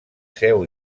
seu